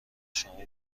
شما